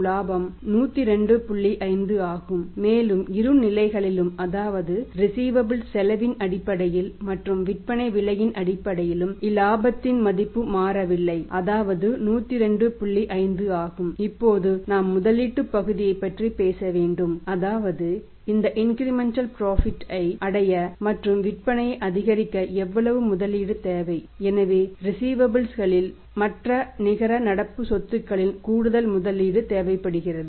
5 ஆகும் மேலும் இரு நிலைகளிலும் அதாவது ரிஸீவபல்ஸ் வைகளிலும் மற்ற நிகர நடப்பு சொத்துகளில் கூடுதல் முதலீடு தேவைப்படுகிறது